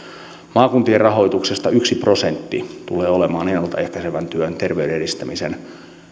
maakuntien rahoituksesta yksi prosentti tulee olemaan ennalta ehkäisevässä työssä terveyden edistämiseen